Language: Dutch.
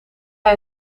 hij